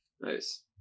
Nice